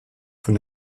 von